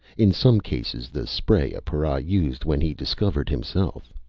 in some cases, the spray a para used when he discovered himself.